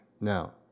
Now